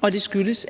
og det skyldes,